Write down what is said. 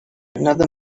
another